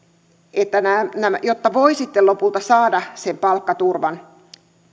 että jotta voi sitten lopulta saada sen palkkaturvan